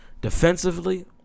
Defensively